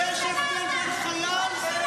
תקראו קורות חיים.